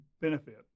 benefit